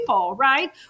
Right